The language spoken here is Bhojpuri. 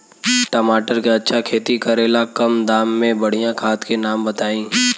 टमाटर के अच्छा खेती करेला कम दाम मे बढ़िया खाद के नाम बताई?